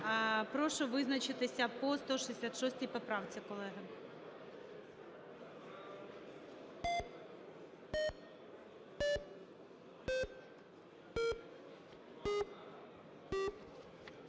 Прошу визначатися по 174 поправці, колеги,